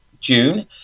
June